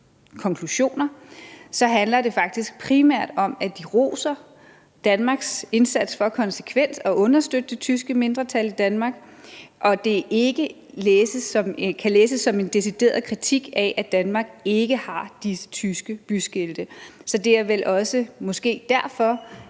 konklusioner, så handler det faktisk primært om, at de roser Danmarks indsats for konsekvent at understøtte det tyske mindretal i Danmark, og at det ikke kan læses som en decideret kritik af, at Danmark ikke har disse tyske byskilte. Så det er måske også derfor,